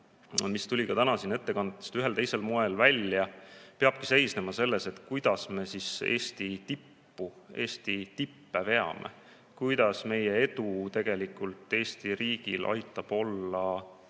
mis tuli ka täna siin ettekannetest ühel või teisel moel välja, peabki seisnema selles, kuidas me Eesti tippe veame, kuidas meie edu tegelikult Eesti riigil aitab olla